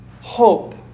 Hope